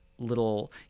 little